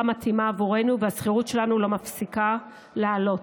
מתאימה עבורנו והשכירות שלנו לא מפסיקה לעלות.